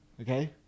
okay